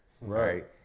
right